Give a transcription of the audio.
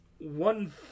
One